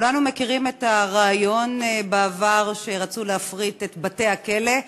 כולנו מכירים את הרעיון שבעבר רצו להפריט את בתי-הכלא,